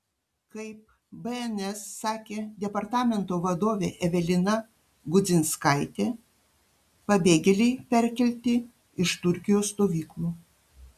kaip bns sakė departamento vadovė evelina gudzinskaitė pabėgėliai perkelti iš turkijos stovyklų